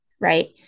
right